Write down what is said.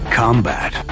combat